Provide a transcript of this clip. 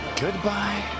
Goodbye